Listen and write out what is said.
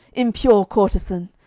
impure courtesan!